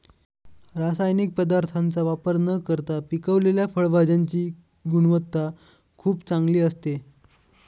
रासायनिक पदार्थांचा वापर न करता पिकवलेल्या फळभाज्यांची गुणवत्ता खूप चांगली असते